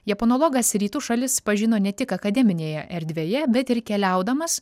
japonologas rytų šalis pažino ne tik akademinėje erdvėje bet ir keliaudamas